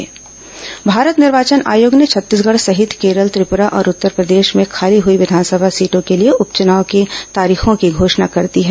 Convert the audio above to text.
दंतेवाड़ा उपचुनाव भारत निर्वाचन आयोग ने छत्तीसगढ़ सहित केरल त्रिपुरा और उत्तरप्रदेश में खाली हुई विधानसभा सीटों के लिए उप चुनाव की तारीखों की घोषणा कर दी है